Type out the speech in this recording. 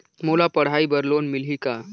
मोला पढ़ाई बर लोन मिलही का?